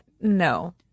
No